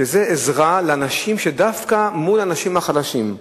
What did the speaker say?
שזה עזרה לאנשים, דווקא מול האנשים החלשים,